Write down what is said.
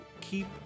keep